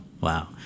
wow